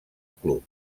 club